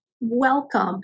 welcome